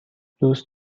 دوست